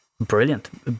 brilliant